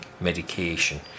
medication